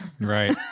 Right